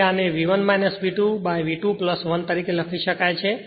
તેથી આને V1 V2V2 1 તરીકે લખી શકાય છે